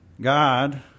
God